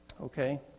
Okay